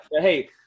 Hey